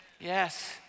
Yes